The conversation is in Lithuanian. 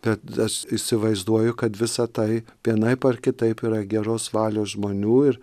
bet aš įsivaizduoju kad visa tai vienaip ar kitaip yra geros valios žmonių ir